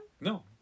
No